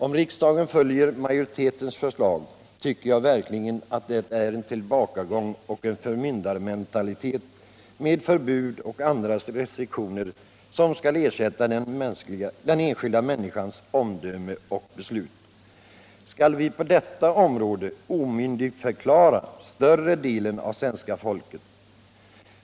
Om riksdagen följer majoritetens förslag, tycker jag verkligen att det är en tillbakagång: en förmyndarmentalitet med förbud och andra restriktioner skall ersätta den enskilda människans omdöme och beslut. Skall vi på detta område omyndigförklara större delen av svenska folket?